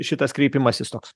šitas kreipimasis toks